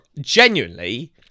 Genuinely